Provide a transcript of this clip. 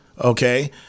okay